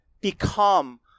become